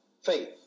faith